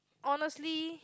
honestly